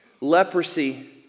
leprosy